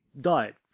diet